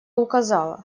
указала